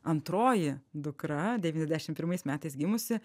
antroji dukra devyniasdešim pirmais metais gimusi